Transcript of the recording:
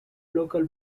local